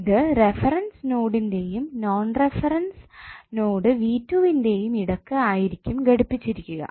ഇത് റഫറൻസ് നോഡിന്റെയും non reference node v2 ന്റെയും ഇടയ്ക് ആയിരിക്കും ഘടിപ്പിച്ചിരിക്കുക